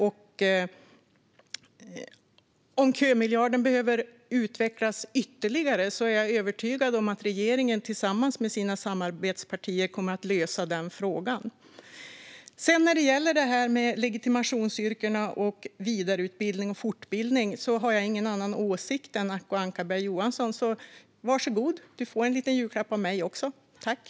Om kömiljarden behöver utvecklas ytterligare är jag övertygad om att regeringen tillsammans med sina samarbetspartier kommer att lösa den frågan. När det gäller legitimationsyrkena och vidareutbildning och fortbildning har jag ingen annan åsikt än du, Acko Ankarberg Johansson, så varsågod! Du får en liten julklapp av mig. : Vad snällt!)